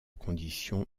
condition